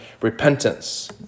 repentance